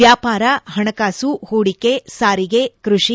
ವ್ಯಾಪಾರ ಪಣಕಾಸು ಪೂಡಿಕೆ ಸಾರಿಗೆ ಕೃಷಿ